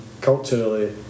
culturally